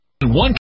one